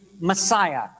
Messiah